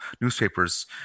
newspapers